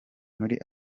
muri